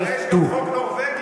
ברור.